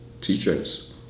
teachers